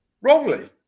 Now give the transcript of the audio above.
wrongly